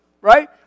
right